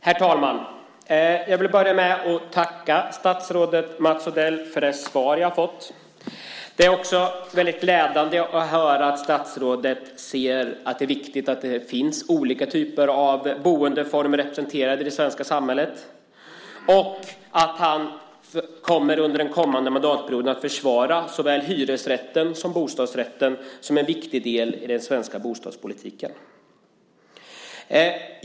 Herr talman! Jag vill börja med att tacka statsrådet Mats Odell för det svar jag fått. Det är också väldigt glädjande att få höra att statsrådet ser att det är viktigt att det finns olika typer av boendeformer representerade i det svenska samhället och att han under den kommande mandatperioden kommer att försvara såväl hyresrätten som bostadsrätten som en viktig del i den svenska bostadspolitiken.